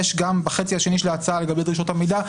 בחצי השני של ההצעה לגבי דרישות המידע,